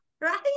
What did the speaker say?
Right